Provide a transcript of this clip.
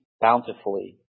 bountifully